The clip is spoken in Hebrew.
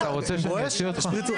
אתה רוצה שאני אוציא אותך?